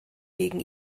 gegen